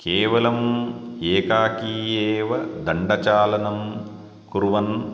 केवलम् एकाकी एव दण्डचालनं कुर्वन्